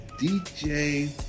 DJ